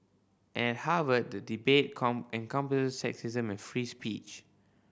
and Harvard the debate encompasses sexism and free speech